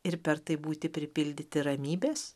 ir per tai būti pripildyti ramybės